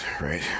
right